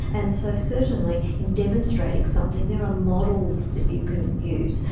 and so certainly in demonstrating something there are models that you can use.